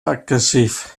aggressiv